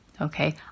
okay